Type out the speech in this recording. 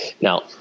Now